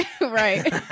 right